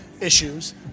issues